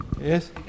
Yes